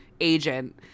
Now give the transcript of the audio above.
agent